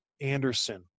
Anderson